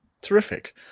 Terrific